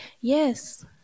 Yes